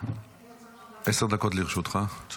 עשר דקות לרשותך, בבקשה.